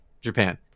Japan